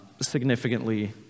significantly